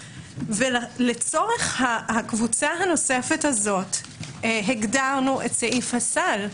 לצורך הקבוצה הנוספת הזאת הגדרנו את סעיף הסל,